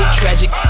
tragic